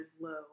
low